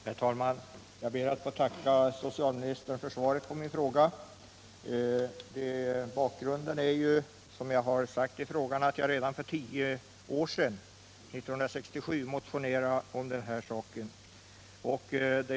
Herr talman! Jag ber att få tacka socialministern för svaret på min fråga. Som jag nämnt i frågan motionerade jag redan för tio år sedan, 1967, om den här saken.